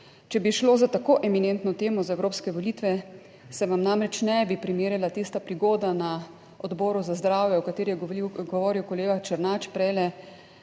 Če bi šlo za tako eminentno temo, za evropske volitve, se vam namreč ne bi primerjala tista prigoda na Odboru za zdravje, o kateri je govoril kolega Černač prejle,